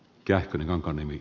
kähkönen jonka nimi